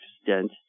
extent